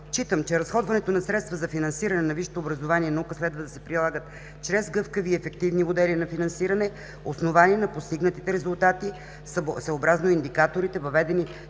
Считам, че разходването на средства за финансиране на висшето образование и наука следва да се прилагат чрез гъвкави и ефективни модели на финансиране, основани на постигнатите резултати съобразно индикаторите, въведени